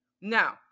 Now